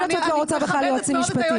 אני יודעת שאת לא רוצה בכלל יועצים משפטיים.